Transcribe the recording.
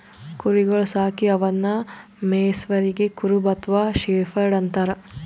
ಕುರಿಗೊಳ್ ಸಾಕಿ ಅವನ್ನಾ ಮೆಯ್ಸವರಿಗ್ ಕುರುಬ ಅಥವಾ ಶೆಫರ್ಡ್ ಅಂತಾರ್